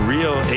Real